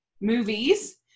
movies